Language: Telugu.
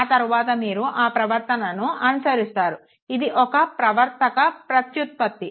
ఆ తరువాత మీరు ఆ ప్రవర్తనను అనుకరిస్తారు ఇది ఒక ప్రవర్తక ప్రత్యుత్పత్తి